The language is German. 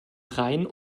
rhein